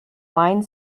line